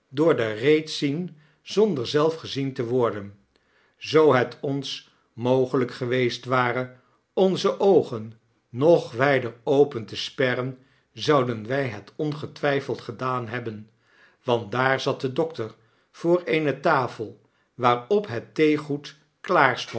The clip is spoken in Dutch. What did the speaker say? door de reet zienzonder zelf gezien te worden zoo het ons mogelyk geweest ware onze oogen nog wijder open te sperren zouden wy het ongetwijfeld gedaan hebben want daar zat de dokter voor eene tafel waarop het theegoed klaar